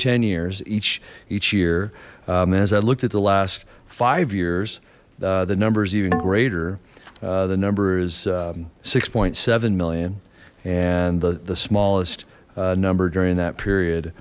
ten years each each year as i looked at the last five years the numbers even greater the number is six point seven million and the the smallest number during that period